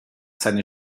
seine